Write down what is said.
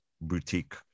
boutique